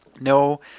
No